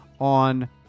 on